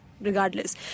regardless